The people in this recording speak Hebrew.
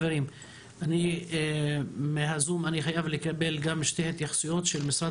אני חייב לקבל מהזום שתי התייחסויות של המשרד